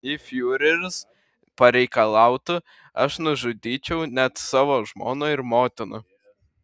jei fiureris pareikalautų aš nužudyčiau net savo žmoną ir motiną